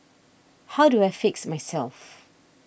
how do I fix myself